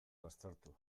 baztertu